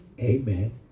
Amen